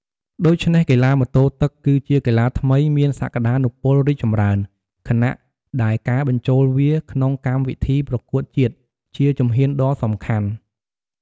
ដូច្នេះកីឡាម៉ូតូទឹកគឺជាកីឡាថ្មីមានសក្តានុពលរីកចម្រើន ខណៈដែលការបញ្ចូលវាក្នុងកម្មវិធីប្រកួតជាតិ ជាជំហានដ៏សំខាន់។